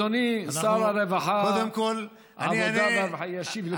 אדוני שר העבודה והרווחה ישיב לכולם.